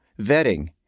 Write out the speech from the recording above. Vetting